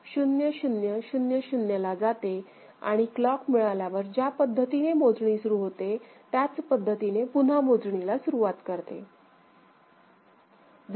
तर हे 0 0 0 0 ला जाते आणि क्लॉक मिळाल्यावर ज्या पद्धतीने मोजणी सुरू होते त्याच पद्धतीने पुन्हा मोजणीला सुरुवात करते